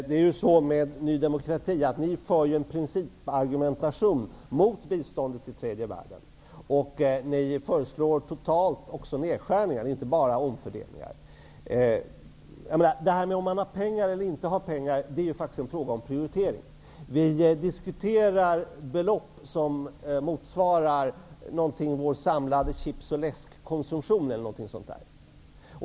Herr talman! Ny demokrati för en principargumentation mot bistånd till tredje världen. Ni föreslår också totala nedskärningar, inte bara omfördelningar. Att ha pengar eller inte är en fråga om prioritering. Vi diskuterar belopp som motsvarar ungefär vår samlade chips och läskkonsumtion.